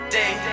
day